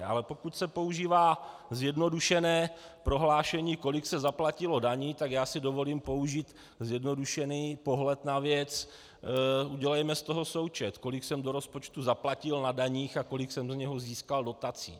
Ale pokud se používá zjednodušené prohlášení, kolik se zaplatilo daní, dovolím si používat zjednodušený pohled na věc: Udělejte z toho součet kolik jsem do rozpočtu zaplatil na daních a kolik jsem z něho získal dotací.